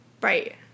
right